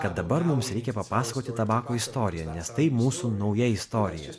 kad dabar mums reikia papasakoti tabako istoriją nes tai mūsų nauja istorija